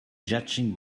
judging